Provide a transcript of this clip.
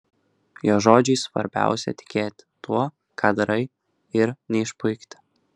jo žodžiais svarbiausia tikėti tuo ką darai ir neišpuikti